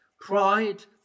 Pride